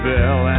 Bell